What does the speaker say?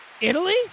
Italy